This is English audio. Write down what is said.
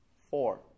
Four